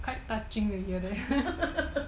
quite touching to hear that